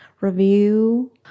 review